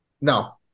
no